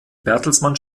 bertelsmann